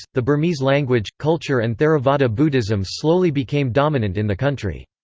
the burmese language, culture and theravada buddhism slowly became dominant in the country.